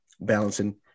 balancing